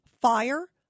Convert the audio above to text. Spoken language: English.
fire